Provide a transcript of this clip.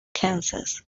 kansas